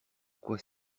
quoi